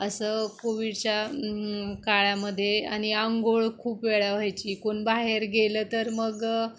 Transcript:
असं कोविडच्या काळामध्ये आणि आंघोळ खूप वेळा व्हायची कोण बाहेर गेलं तर मग